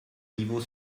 niveau